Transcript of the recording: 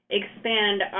expand